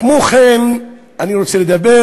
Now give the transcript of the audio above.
כמו כן, אני רוצה לדבר